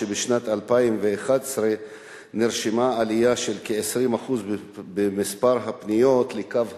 בשנת 2011 נרשמה עלייה של כ-20% במספר הפניות לקו הסיוע,